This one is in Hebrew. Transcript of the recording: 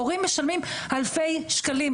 הורים משלמים אלפי שקלים.